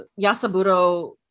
Yasaburo